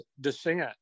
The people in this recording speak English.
descent